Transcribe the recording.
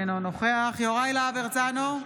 אינו נוכח יוראי להב הרצנו,